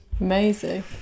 amazing